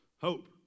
Hope